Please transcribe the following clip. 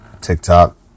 TikTok